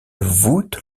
voûte